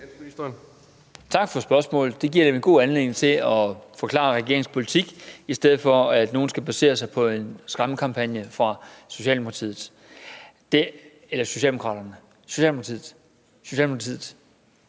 Tak for spørgsmålet. Det giver nemlig god anledning til at forklare regeringens politik, i stedet for at nogen baserer sig på en skræmmekampagne fra Socialdemokratiet, eller er det Socialdemokraterne? Det er Socialdemokratiet.